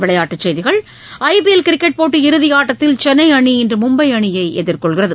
விளையாட்டுக் செய்கிகள் I P L cricket போட்டி இறுதியாட்டத்தில் சென்னை அணி இன்று மும்பை அணியை எதிர்கொள்கிறது